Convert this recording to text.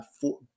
four